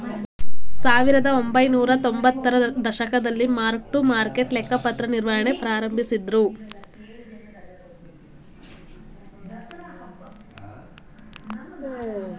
ಸಾವಿರದಒಂಬೈನೂರ ತೊಂಬತ್ತರ ದಶಕದಲ್ಲಿ ಮಾರ್ಕ್ ಟು ಮಾರ್ಕೆಟ್ ಲೆಕ್ಕಪತ್ರ ನಿರ್ವಹಣೆ ಪ್ರಾರಂಭಿಸಿದ್ದ್ರು